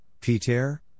Peter